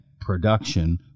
production